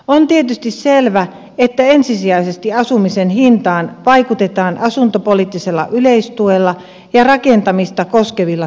on tietysti selvä että ensisijaisesti asumisen hintaan vaikutetaan asuntopoliittisella yleistuella ja rakentamista koskevilla toimenpiteillä